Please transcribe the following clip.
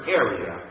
area